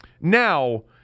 now